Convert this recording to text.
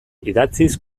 idatziz